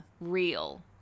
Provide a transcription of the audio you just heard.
real